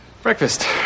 breakfast